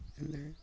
ହେଲେ